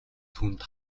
түүнд